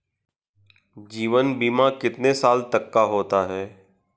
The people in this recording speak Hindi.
जीवन बीमा कितने साल तक का होता है?